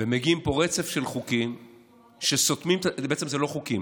ומגיע רצף של חוקים שסותמים, בעצם אלה לא חוקים,